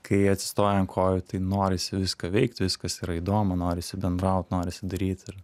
kai atsistoji ant kojų tai norisi viską veikt viskas yra įdomu norisi bendraut norisi daryt ir